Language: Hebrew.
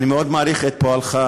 אני מאוד מעריך את פועלך,